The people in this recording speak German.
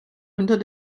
unter